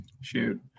Shoot